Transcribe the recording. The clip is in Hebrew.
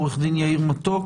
עו"ד יאיר מתוק